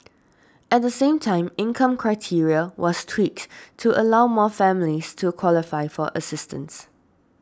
at the same time income criteria was tweaked to allow more families to qualify for assistance